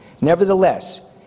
Nevertheless